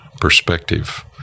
perspective